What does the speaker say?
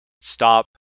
stop